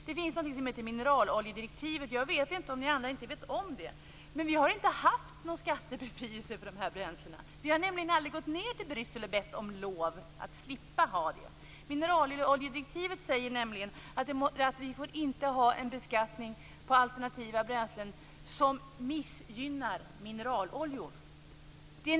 Det finns något som heter mineraloljedirektivet. Jag vet inte om ni andra inte vet om det, men vi har inte haft någon skattebefrielse för de här bränslena. Vi har nämligen aldrig gått till Bryssel och bett om lov för att slippa ha skatt. Mineraloljedirektivet säger att vi inte får ha en beskattning på alternativa bränslen som missgynnar mineraloljor.